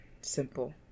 simple